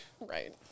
Right